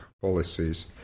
policies